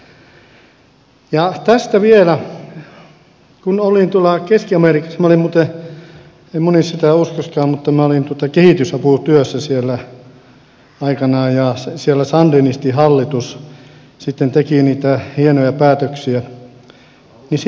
tästä vielä kun olin tuolla keski amerikassa olin muuten ei moni sitä uskoisikaan kehitysaputyössä siellä aikanaan ja siellä sandinistihallitus sitten teki niitä hienoja päätöksiä